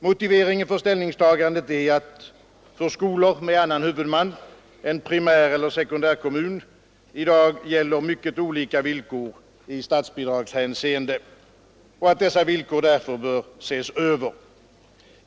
Motiveringen för ställningstagandet är att det för skolor med annan huvudman än primäreller sekundärkommun i dag gäller mycket olika villkor i statsbidragshänseende och att dessa villkor därför bör ses över.